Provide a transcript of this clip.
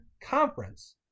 conference